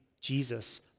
Jesus